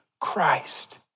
Christ